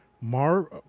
Mar